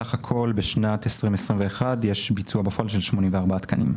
בסך הכול בשנת 2021 יש ביצוע בפועל של 84 תקנים.